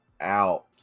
out